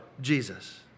Jesus